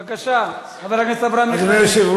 אני משבח אותך.